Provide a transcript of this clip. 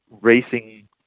racing